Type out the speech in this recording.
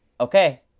okay